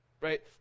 Right